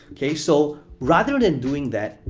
okay. so, rather than doing that,